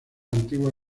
antigua